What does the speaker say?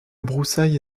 broussaille